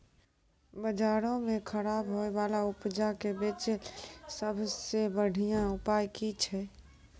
बजारो मे खराब होय बाला उपजा के बेचै लेली सभ से बढिया उपाय कि छै?